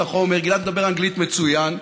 גלעד מדבר אנגלית מצוין.